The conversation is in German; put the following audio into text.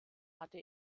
hatte